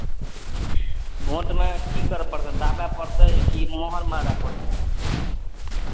भोटमे की करय पड़तै दाबय पड़तै की मोहर मारय पड़तै